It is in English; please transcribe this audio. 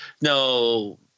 no